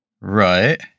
Right